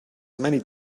many